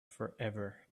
forever